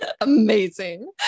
Amazing